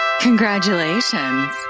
Congratulations